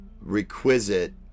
requisite